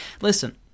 Listen